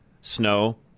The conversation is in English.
snow